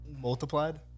Multiplied